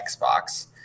Xbox